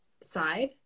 side